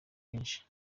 kenshi